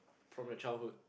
from your childhood